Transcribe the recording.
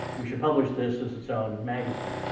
we should publish this. it's its own magazine